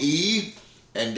eat and